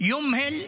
(אומר בערבית: